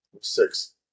Six